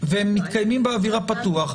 והם מתקיימים באוויר הפתוח,